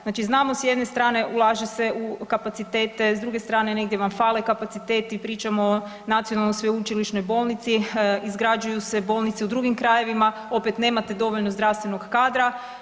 Znači znamo s jedne strane, ulaže se u kapacitete, s druge strane, negdje vam fale kapaciteti, pričamo o Nacionalnoj sveučilišnoj bolnici, izgrađuju se bolnice u drugim krajevima, opet, nemate dovoljno zdravstvenog kadra.